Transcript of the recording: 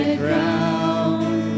ground